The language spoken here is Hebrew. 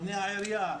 בפני העירייה,